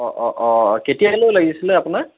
অঁ অঁ অঁ অ কেতিয়ালৈ লাগিছিলে আপোনাক